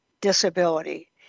disability